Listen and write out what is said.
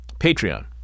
Patreon